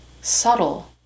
subtle